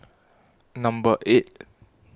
Number eight